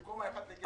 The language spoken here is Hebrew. במקום 1/12,